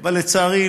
אבל לצערי,